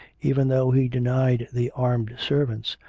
even though he denied the armed servants,